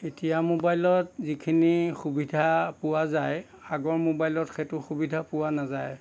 এতিয়া মোবাইলত যিখিনি সুবিধা পোৱা যায় আগৰ মোবাইলত সেইটো সুবিধা পোৱা নাযায়